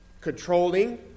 controlling